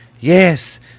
yes